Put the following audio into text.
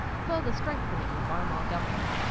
further strengthening the weimar government.